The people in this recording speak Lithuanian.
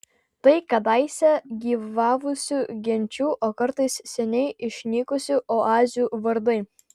tai kadaise gyvavusių genčių o kartais seniai išnykusių oazių vardai